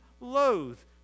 loath